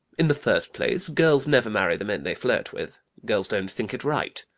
in the first place girls never marry the men they flirt with. girls don't think it right.